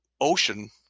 ocean